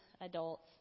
adults